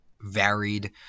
varied